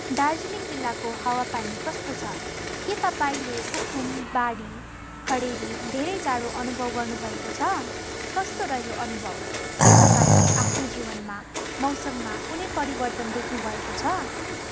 दार्जिलिङ जिल्लाको हावापानी कस्तो छ के तपाईँले उख्खुम बाढी खडेरी धेरै जाडो अनुभव गर्नु भएको छ कस्तो रह्यो अनुभव के तपाईँले आफ्नो जीवनमा मौसममा कुनै परिवर्तन देख्नु भएको छ